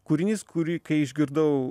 kūrinys kurį kai išgirdau